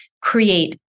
create